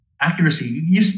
accuracy